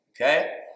okay